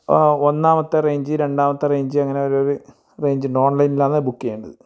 ഒന്നാമത്തെ റേഞ്ച് രണ്ടാമത്തെ റേഞ്ച് അങ്ങനെ ഓരോരു റേയ്ഞ്ചിണ്ട് ഓൺലൈനിലാന്ന് ബുക്ക് ചെയ്യേണ്ടത്